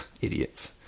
idiots